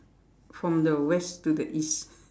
from the West to the East